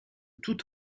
tout